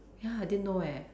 ya I didn't know eh